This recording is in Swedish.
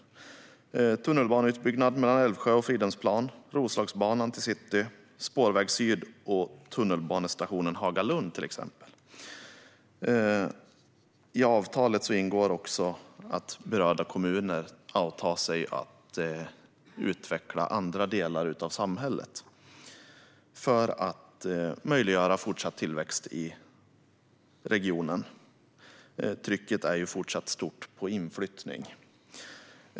Det gäller till exempel tunnelbaneutbyggnaden mellan Älvsjö och Fridhemsplan, Roslagsbanan till city, Spårväg Syd och tunnelbanestationen Hagalund. I avtalet ingår också att berörda kommuner tar på sig att utveckla andra delar av samhället för att möjliggöra fortsatt tillväxt i regionen. Trycket är ju fortsatt stort när det gäller inflyttning.